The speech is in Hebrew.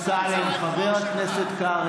מה, ב-2016, חברת הכנסת דיסטל, חברת הכנסת דיסטל,